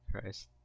Christ